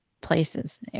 places